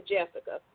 Jessica